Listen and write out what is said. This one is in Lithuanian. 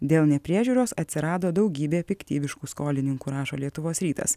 dėl nepriežiūros atsirado daugybė piktybiškų skolininkų rašo lietuvos rytas